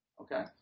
Okay